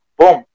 Boom